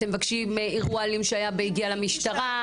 שאתם מבקשים אירוע אלים שהיה והגיע למשטרה?